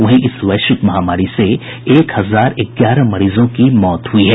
वहीं इस वैश्विक महामारी से एक हजार ग्यारह मरीजों की मौत हुई है